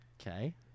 Okay